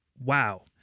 wow